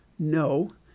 No